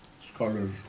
scholars